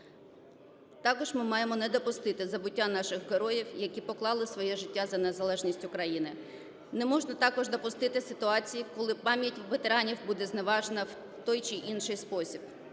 Також ми маємо не допустити забуття наших героїв, які поклали своє життя за незалежність України. Не можна також допустити ситуації, коли пам'ять ветеранів буде зневажено в той чи інший спосіб.